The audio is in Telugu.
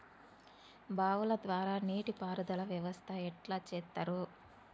బావుల ద్వారా నీటి పారుదల వ్యవస్థ ఎట్లా చేత్తరు?